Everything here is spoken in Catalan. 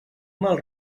mal